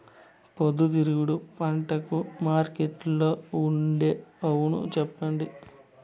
పొద్దుతిరుగుడు పంటకు మార్కెట్లో ఉండే అవును చెప్పండి?